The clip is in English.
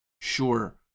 sure